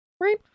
Right